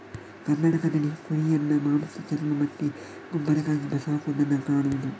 ಕರ್ನಾಟಕದಲ್ಲಿ ಕುರಿಯನ್ನ ಮಾಂಸ, ಚರ್ಮ ಮತ್ತೆ ಗೊಬ್ಬರಕ್ಕಾಗಿ ಸಾಕುದನ್ನ ಕಾಣುದು